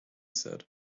said